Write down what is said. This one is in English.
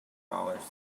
dollars